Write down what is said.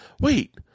wait